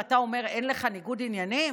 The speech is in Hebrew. ואתה אומר שאין לך ניגוד עניינים?